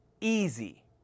easy